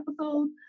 episodes